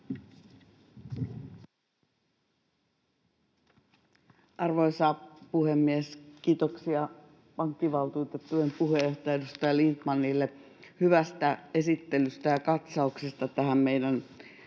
Arvoisa puhemies! Kiitoksia pankkivaltuutettujen puheenjohtajalle, edustaja Lindtmanille, hyvästä esittelystä ja katsauksesta tähän meidän